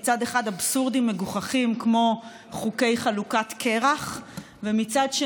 פרויקטים בנושא טיהור שפכים שלמדינת ישראל ולמינהל האזרחי יש